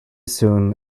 soon